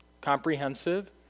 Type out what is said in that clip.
comprehensive